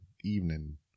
evening